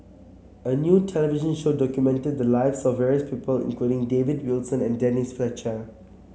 a new television show documented the lives of various people including David Wilson and Denise Fletcher